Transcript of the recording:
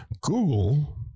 Google